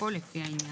הכל לפני העניין".